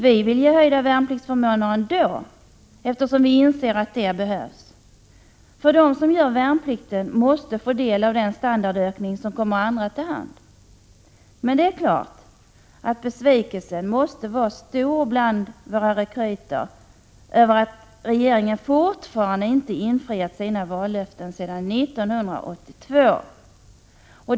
Vi vill ge höjda värnpliktsförmåner ändå, eftersom vi inser att det behövs. De som gör värnplikten måste få del av den standardökning som 89 kommer andra till del. Men det är klart att besvikelsen måste vara stor bland våra rekryter över att regeringen fortfarande inte har infriat sina vallöften från 1982.